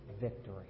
victory